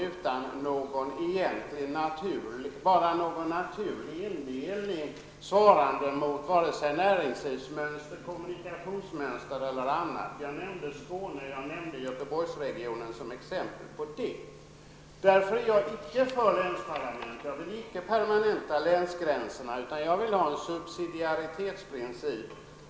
Men det är ingen naturlig indelning svarande mot näringslivsmönster, kommunikationsmönster eller annat. Jag nämnde Skåne och Göteborgsregionerna som exempel på det. Jag är inte för länsparlament och vill inte permanenta länsgränserna. I stället vill jag ha en subsidialitetsprincip.